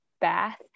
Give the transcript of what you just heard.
bath